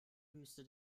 wüste